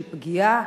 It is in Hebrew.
של פגיעה.